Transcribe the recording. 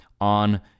on